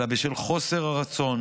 אלא בשל חוסר הרצון